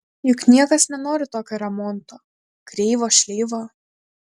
juk niekas nenori tokio remonto kreivo šleivo